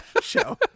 show